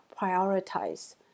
prioritize